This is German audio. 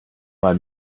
mal